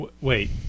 Wait